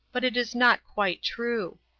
but it is not quite true.